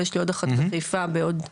ויש לי עוד אחת בחיפה בעוד שבועיים.